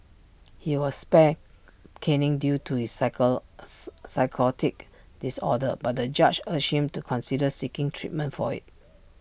he was spared caning due to his psycho psychotic disorder but the judge urged him to consider seeking treatment for IT